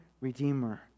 redeemer